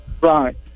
Right